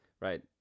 Right